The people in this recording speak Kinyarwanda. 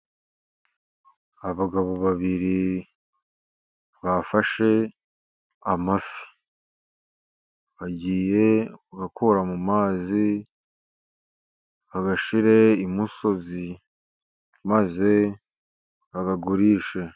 Abagabo babiri bafashe amafi bagiye kuyakura mu mazi, bayashyire imusozi maze bayagurishe.